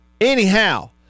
Anyhow